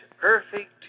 perfect